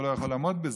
והוא לא יכול לעמוד בזה,